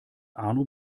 arno